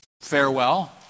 farewell